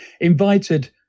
invited